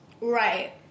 Right